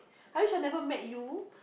I wish I never met you